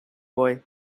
boy